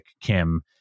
Kim